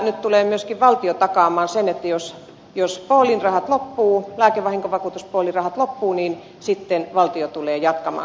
nyt tulee myöskin valtio takaamaan sen että jos lääkevahinkovakuutuspoolin rahat loppuvat sitten valtio tulee jatkamaan